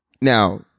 Now